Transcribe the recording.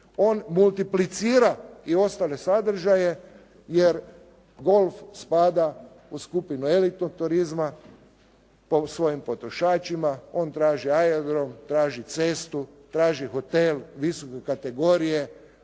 on multiplicira i u ostale sadržaje, jer golf spada u skupinu elitnog turizma, po svojim potrošačima. On traži aerodrom, traži cestu, traži hotel visoke kategorije,